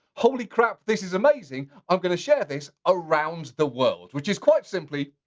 holy crap, this is amazing. i'm gonna share this around the world. which is quite simply,